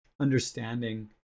understanding